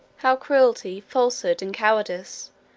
how cruelty, falsehood, and cowardice,